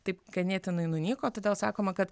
taip ganėtinai nunyko todėl sakoma kad